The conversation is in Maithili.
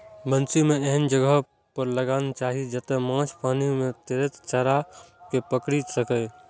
बंसी कें एहन जगह पर लगाना चाही, जतय माछ पानि मे तैरैत चारा कें पकड़ि सकय